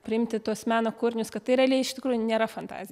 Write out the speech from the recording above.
priimti tuos meno kūrinius kad tai realiai iš tikrųjų nėra fantazi